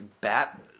bat